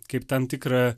kaip tam tikrą